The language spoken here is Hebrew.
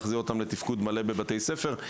להחזיר אותם לתפקוד מלא בבתי הספר.